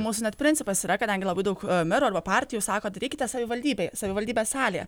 mūsų net principas yra kadangi labai daug merų arba partijų sako darykite savivaldybėje savivaldybės salėje